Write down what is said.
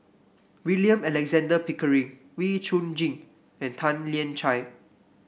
William Alexander Pickering Wee Chong Jin and Tan Lian Chye